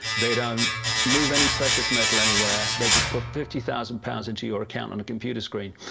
they don't move any precious metal anywhere. they just put fifty thousand pounds into your account on a computer screen.